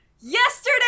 Yesterday